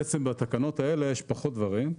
בתקנות האלה יש פחות דברים.